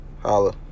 Holla